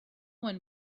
one